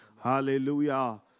Hallelujah